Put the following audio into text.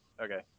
Okay